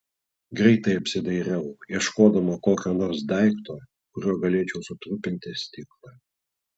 greitai apsidairiau ieškodama kokio nors daikto kuriuo galėčiau sutrupinti stiklą